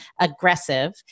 aggressive